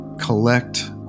collect